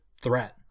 threat